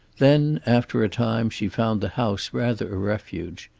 then, after a time, she found the house rather a refuge.